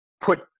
put